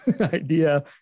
idea